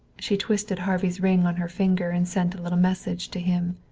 she twisted harvey's ring on her finger and sent a little message to him.